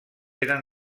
eren